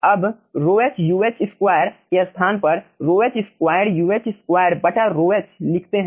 अब Rhoh Uh square के स्थान पर Rhoh स्क्वायर Uh स्क्वायर बटा Rhoh लिखते हैं